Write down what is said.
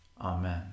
Amen